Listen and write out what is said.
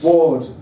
Ward